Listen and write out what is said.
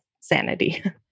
sanity